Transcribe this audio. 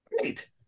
Great